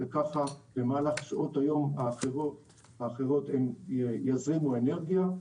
וככה במהלך שעות היום האחרות הן יזרימו אנרגיה.